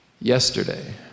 yesterday